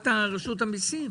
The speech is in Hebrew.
את רשות המיסים.